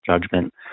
judgment